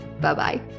Bye-bye